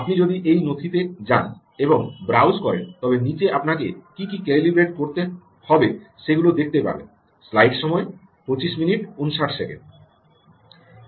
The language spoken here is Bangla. আপনি যদি এই নথি তে যান এবং ব্রাউজ করেন তবে নীচে আপনাকে কী কী ক্যালিব্রেট করতে হবে সেগুলো দেখতে পাবেন